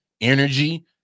energy